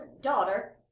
daughter